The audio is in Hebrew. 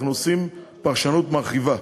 אנחנו עושים פרשנות מרחיבה.